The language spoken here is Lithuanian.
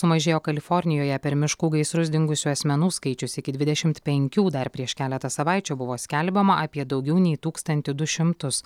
sumažėjo kalifornijoje per miškų gaisrus dingusių asmenų skaičius iki dvidešimt penkių dar prieš keletą savaičių buvo skelbiama apie daugiau nei tūkstantį du šimtus